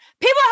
people